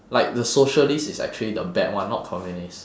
like the socialist is actually the bad one not communist